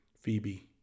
Phoebe